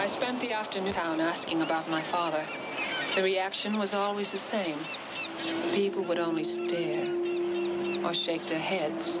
i spent the afternoon around asking about my father the reaction was always the same people would only say i shake their heads